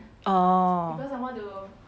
ah